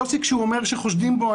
יוסי כשהוא אומר שחושדים בו,